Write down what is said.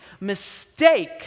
mistake